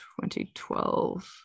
2012